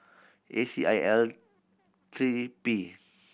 A C I L three P